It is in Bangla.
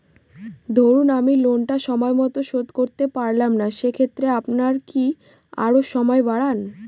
ধরুন আমি লোনটা সময় মত শোধ করতে পারলাম না সেক্ষেত্রে আপনার কি আরো সময় বাড়ান?